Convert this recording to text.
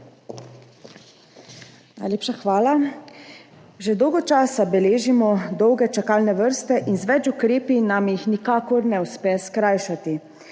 Najlepša hvala. Že dolgo časa beležimo dolge čakalne vrste in z več ukrepi nam jih nikakor ne uspe skrajšati.